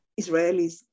Israelis